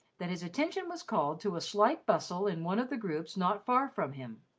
that his attention was called to a slight bustle in one of the groups not far from him.